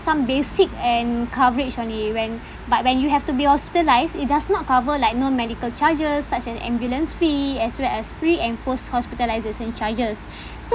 some basic and coverage only when but when you have to be hospitalised it does not cover like you know medical charges such as ambulance fee as well as pre and post hospitalisation charges so